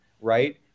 right